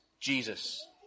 Jesus